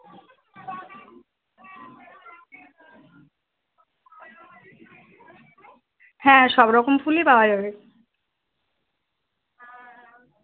হ্যাঁ সব রকম ফুলই পাওয়া যাবে